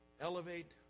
Elevate